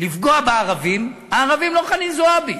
לפגוע בערבים, בערבים, לא בחנין זועבי,